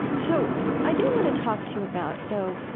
so i do want to talk to about, though,